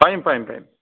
পাৰিম পাৰিম পাৰিম